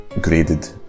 graded